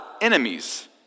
enemies